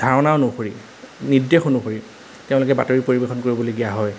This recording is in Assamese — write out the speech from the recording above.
ধাৰণা অনুসৰি নিদেশ অনুসৰি তেওঁলোকে বাতৰি পৰিৱেশন কৰিবলগীয়া হয়